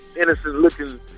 innocent-looking